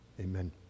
Amen